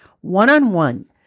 one-on-one